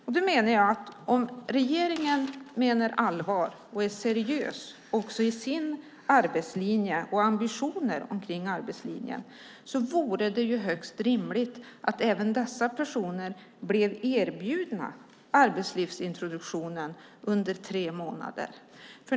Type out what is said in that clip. Om regeringen menar allvar och är seriös i sin arbetslinje och i sina ambitioner för arbetslinjen vore det högst rimligt att även dessa personer blev erbjudna arbetslivsintroduktionen under tre månader.